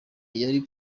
yari